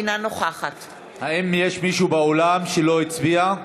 אינה נוכחת האם יש מישהו באולם שלא הצביע?